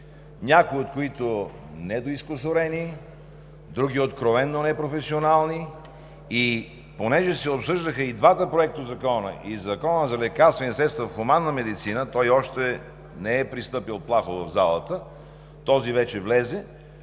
някои от които са недоизкусурени, други – откровено непрофесионални. Понеже се обсъждаха и двата законопроекта – и по Закона за лекарствените средства в хуманната медицина, който още не е пристъпил плахо в залата, този вече влезе,